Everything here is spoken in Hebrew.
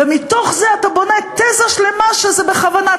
ומתוך זה אתה בונה תזה שלמה שזה בכוונה.